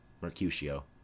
Mercutio